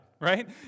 right